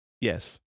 Yes